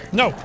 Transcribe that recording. no